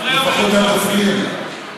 לפחות אל תסתיר.